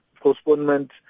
postponement